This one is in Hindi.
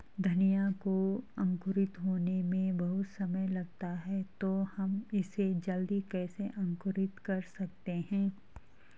धनिया को अंकुरित होने में बहुत समय लगता है तो हम इसे जल्दी कैसे अंकुरित कर सकते हैं?